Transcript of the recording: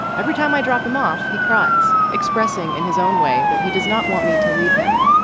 every time i drop him off he cries expressing in his own way that he does not want me to leave him.